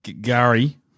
Gary